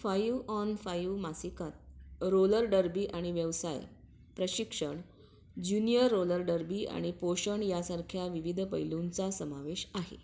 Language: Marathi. फायू ऑन फायू मासिकात रोलर डरबी आणि व्यवसाय प्रशिक्षण ज्यूनियर रोलर डरबी आणि पोषण यासारख्या विविध पैलूंचा समावेश आहे